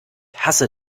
hasse